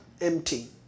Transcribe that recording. empty